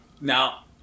Now